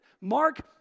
Mark